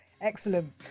Excellent